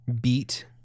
beat